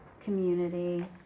community